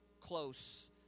close